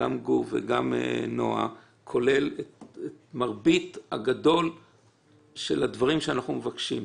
גור ונועה כולל מרבית הדברים שאנחנו מבקשים.